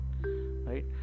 right